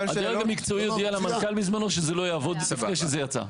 למנכ"ל בזמנו שזה לא יעבוד, ספק שזה יצא.